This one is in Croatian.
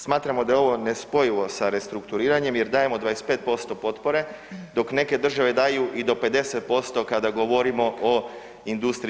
Smatramo da je ovo nespojivo s restrukturiranjem jer dajemo 25% potpore dok neke države daju i do 50% kada govorimo o industriji